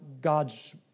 God's